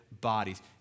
bodies